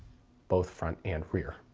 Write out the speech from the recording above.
both front and rear,